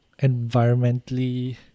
environmentally